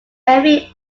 every